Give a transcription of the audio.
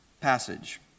passage